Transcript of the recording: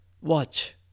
Watch